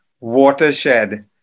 watershed